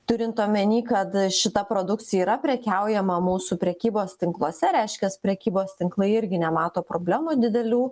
turint omeny kad šita produkcija yra prekiaujama mūsų prekybos tinkluose reiškias prekybos tinklai irgi nemato problemų didelių